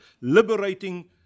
Liberating